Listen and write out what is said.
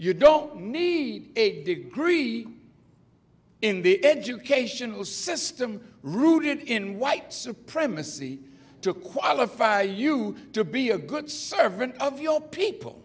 you don't need a degree in the educational system rooted in white supremacy took qualify you to be a good servant of your people